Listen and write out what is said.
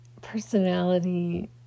personality